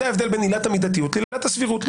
זה ההבדל בין עילת המידתיות לעילת הסבירות.